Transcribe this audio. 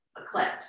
eclipse